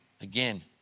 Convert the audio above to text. again